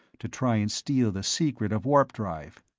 to try and steal the secret of warp-drive.